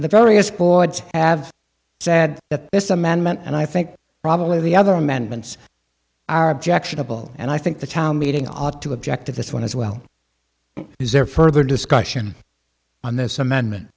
the various boards av said that this amendment and i think probably the other amendments are objectionable and i think the town meeting ought to object to this one as well is there further discussion on this amendment